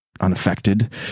unaffected